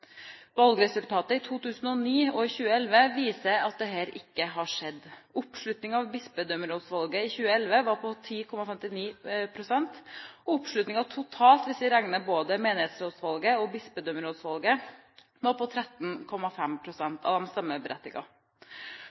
Valgresultatet fra 2009 og 2011 viser at dette ikke har skjedd. Oppslutningen ved bispedømmerådsvalget i 2011 var på 10,59 pst. Oppslutningen totalt, hvis vi regner både menighetsrådsvalget og bispedømmerådsvalget, var på 13,47 pst. av